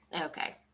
Okay